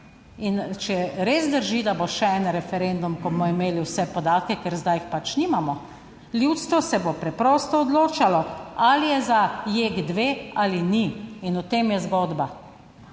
in če res drži, da bo še en referendum, ko bomo imeli vse podatke, ker zdaj jih pač nimamo, ljudstvo se bo preprosto odločalo, ali je za JEK2 ali ni, in v tem je zgodba